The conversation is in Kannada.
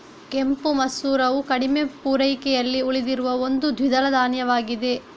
ಕೆಂಪು ಮಸೂರವು ಕಡಿಮೆ ಪೂರೈಕೆಯಲ್ಲಿ ಉಳಿದಿರುವ ಒಂದು ದ್ವಿದಳ ಧಾನ್ಯವಾಗಿದೆ